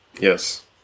yes